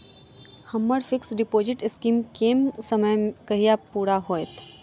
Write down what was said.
हम्मर fix deposit scheme केँ समय कहिया पूरा हैत?